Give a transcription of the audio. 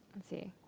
let's see.